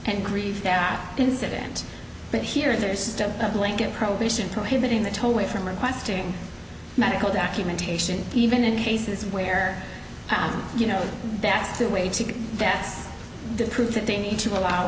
and grief that incident but here there's a blanket prohibition prohibiting the tollway from requesting medical documentation even in cases where you know that's the way to dance to prove that they need to allow